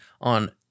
on